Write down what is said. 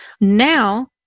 Now